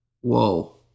Whoa